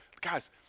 guys